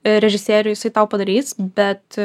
režisierių jisai tau padarys bet